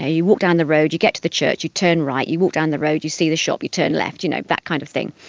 ah you walk down the road, you get to the church, you turn right, you walk down the road, you see the shop, you turn left, you know that kind of thing.